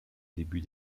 début